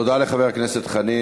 תודה לחבר הכנסת חנין.